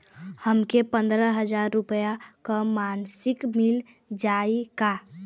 हमके पन्द्रह हजार रूपया क मासिक मिल जाई का?